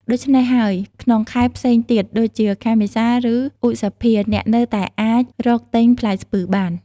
ដូច្នេះហើយ ក្នុងខែផ្សេងទៀត ដូចជាខែមេសា ឬឧសភា អ្នកនៅតែអាចរកទិញផ្លែស្ពឺបាន ។